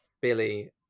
Billy